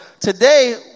today